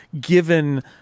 given